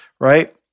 Right